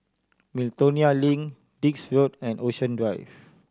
Miltonia Link Dix Road and Ocean Drive